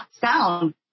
sound